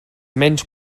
menys